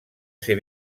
ser